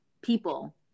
people